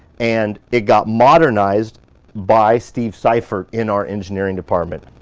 and it got modernized by steve seifert in our engineering department.